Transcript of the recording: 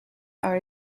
are